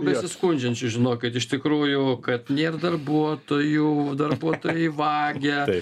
besiskundžiančių žinokit iš tikrųjų kad nėr darbuotojų darbuotojai vagia